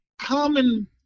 common